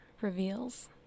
reveals